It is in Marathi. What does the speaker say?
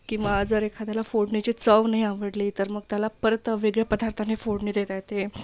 किंवा जर एखाद्याला फोडणीची चव नाही आवडली तर मग त्याला परत वेगळ्या पदार्थाने फोडणी देता येते